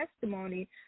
testimony